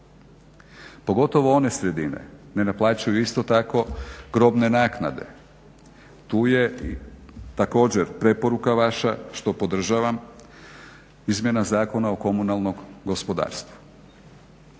Pogotovo one sredine ne naplaćuju isto tako probne naknade, tu je također preporuka vaša što podržavam, izmjena Zakona o komunalnom gospodarstvu.